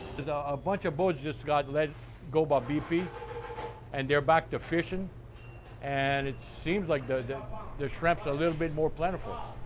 a bunch of boats just got let go by bp and they're back to fishing and it seems like the and shrimp's a little bit more plentiful. ah